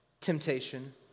temptation